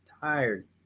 Tired